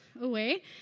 away